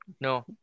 No